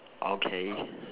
okay